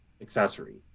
accessory